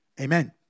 Amen